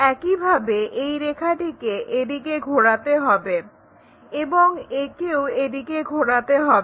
একইভাবে এই রেখাটিকে এদিকে ঘোরাতে হবে এবং একেও এদিকে ঘোরাতে হবে